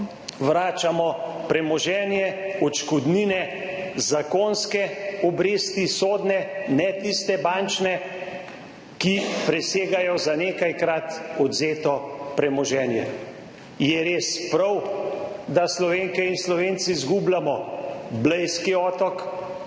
vračamo premoženje, odškodnine, zakonske obresti, sodne, ne tistih bančnih, ki presegajo za nekajkrat odvzeto premoženje. Je res prav, da Slovenke in Slovenci izgubljamo Blejski otok,